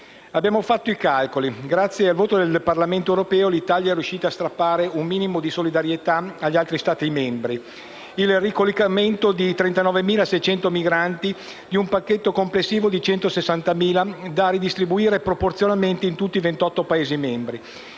Abbiamo fatto i calcoli. Grazie al voto del Parlamento europeo, l'Italia è riuscita a strappare un minimo di solidarietà agli altri Stati membri: il ricollocamento di 39.600 migranti, su un pacchetto complessivo di 160.000, da redistribuire proporzionalmente in tutti i 28 Paesi membri.